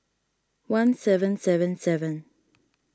one seven seven seven